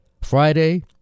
Friday